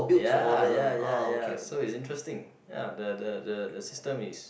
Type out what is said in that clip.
ya ya ya ya so is interesting ya the the the the system is